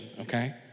okay